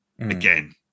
Again